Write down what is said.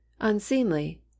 Unseemly